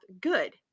good